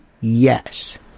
Yes